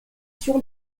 sur